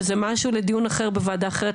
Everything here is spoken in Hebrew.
שזה משהו לדיון אחר בוועדה אחרת,